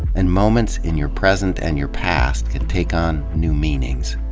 and moments in your present and your past can take on new meanings.